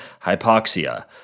hypoxia